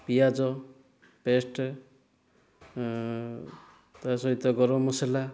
ପିଆଜ ପେଷ୍ଟ ତା ସହିତ ଗରମ ମସଲା